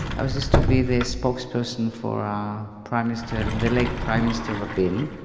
i was used to be the spokeswoman for prime-minister, the late prime-minister rabin,